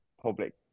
public